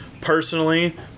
personally